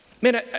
man